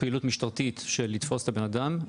פעילות משטרתית של לתפוס את הבן אדם.